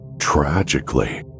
Tragically